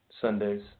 Sundays